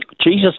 Jesus